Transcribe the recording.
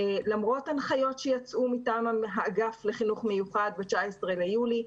למרות הנחיות שיצאו מטעם האגף לחינוך מיוחד ב-19 ביולי,